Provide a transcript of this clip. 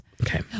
Okay